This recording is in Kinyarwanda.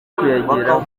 kuyageraho